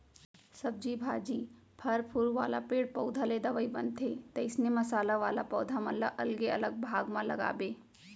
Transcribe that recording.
सब्जी भाजी, फर फूल वाला पेड़ पउधा ले दवई बनथे, तइसने मसाला वाला पौधा मन ल अलगे अलग भाग म लगाबे